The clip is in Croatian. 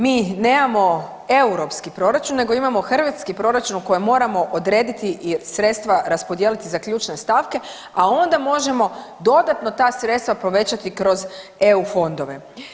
Mi nemamo europski proračun nego imamo hrvatski proračun u kojem moramo odrediti i sredstva raspodijeliti za ključne stavke a onda možemo dodatno ta sredstva povećati kroz EU fondove.